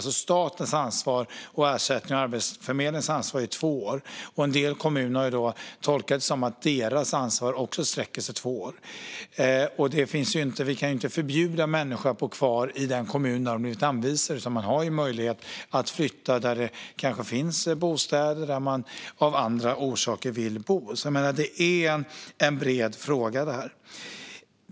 Statens ansvar för ersättningar och Arbetsförmedlingens ansvar är på två år. En del kommuner har tolkat det som att deras ansvar också sträcker sig över två år. Vi kan inte förbjuda människor att bo kvar i den kommun de blivit anvisade till. Man har möjlighet att flytta dit det kanske finns bostäder och man av andra orsaker vill bo. Det är en bred fråga.